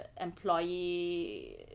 employee